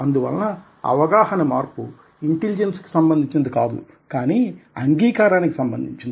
అందువలన అవగాహన మార్పు ఇంటెలిజెన్స్ కి సంబంధించింది కాదు కానీ అంగీకారానికి సంబంధించినది